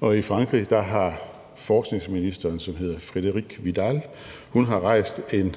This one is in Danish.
Og i Frankrig har forskningsministeren, som hedder Frédérique Vidal, rejst en